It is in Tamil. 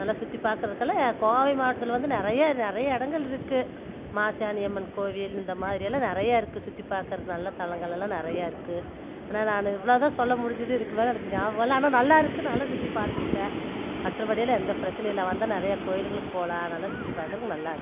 நல்லா சுற்றி பார்க்கறதுக்கலாம் கோவை மாவட்டத்தில் வந்து நிறைய நிறைய இடங்கள் இருக்குது மாசாணி அம்மன் கோவில் இந்த மாதிரியலாம் நிறைய இருக்குது சுற்றி பார்க்கறது நல்ல தலங்களெல்லாம் நிறைய இருக்குது ஆனால் நான் இவ்வளோதான் சொல்ல முடிஞ்சுது இதுக்கு மேலே எனக்கு ஞாபகம் இல்லை ஆனால் நல்லாயிருக்கு நல்லா சுற்றி பார்த்துருக்கேன் மற்றபடி எந்த பிரச்சினையும் இல்லை வந்தால் நிறைய கோயிலுங்களுக்கு போகலாம் நல்லா சுற்றி பார்க்குறதுக்கு நல்லாயிருக்கும்